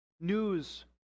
news